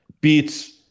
beats